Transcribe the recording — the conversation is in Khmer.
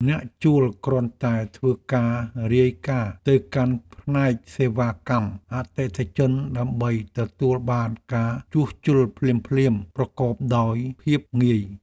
អ្នកជួលគ្រាន់តែធ្វើការរាយការណ៍ទៅកាន់ផ្នែកសេវាកម្មអតិថិជនដើម្បីទទួលបានការជួសជុលភ្លាមៗប្រកបដោយភាពងាយ។